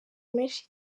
menshi